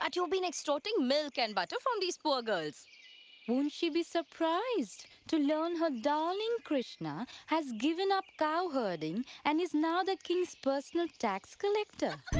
and you've been extorting milk and butter from these poor girls. won't she be surprised to learn her darling krishna has given up cow herding and is now the king's personal tax collector?